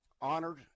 honored